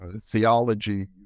theology